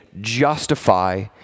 justify